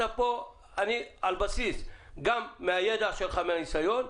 אתה פה גם על בסיס הידע שלך והניסיון,